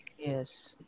Yes